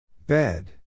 Bed